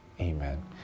amen